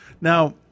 Now